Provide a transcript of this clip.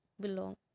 belong